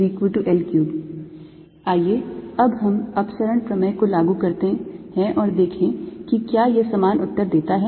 Ads2L32L3 3L3L3 आइए अब हम अपसरण प्रमेय को लागू करते हैं और देखें कि क्या यह समान उत्तर देता है